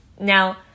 Now